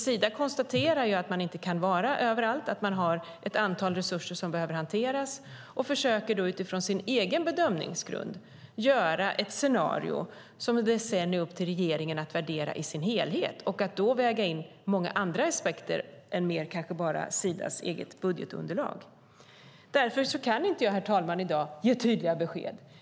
Sida konstaterar att man inte kan vara överallt och att man har ett antal resurser som behöver hanteras och försöker utifrån sin egen bedömningsgrund göra ett scenario som det sedan är upp till regeringen att värdera i sin helhet och att då väga in många andra aspekter än kanske bara Sidas eget budgetunderlag. Därför kan jag inte, herr talman, ge tydliga besked i dag.